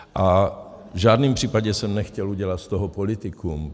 A v žádném případě jsem nechtěl udělat z toho politikum.